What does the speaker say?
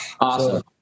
Awesome